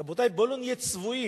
רבותי, בואו לא נהיה צבועים.